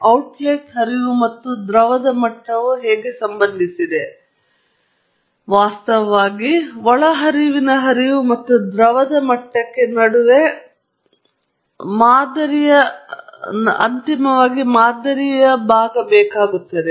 outlet ಹರಿವು ಮತ್ತು ದ್ರವದ ಮಟ್ಟವು ಹೇಗೆ ಸಂಬಂಧಿಸಿವೆ ಏಕೆಂದರೆ ಅದು ವಾಸ್ತವವಾಗಿ ಒಳಹರಿವಿನ ಹರಿವು ಮತ್ತು ದ್ರವದ ಮಟ್ಟಕ್ಕೆ ನಡುವೆ ಅಂತಿಮವಾಗಿ ಮಾದರಿಯ ಭಾಗವಾಗುತ್ತದೆ